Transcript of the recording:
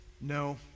No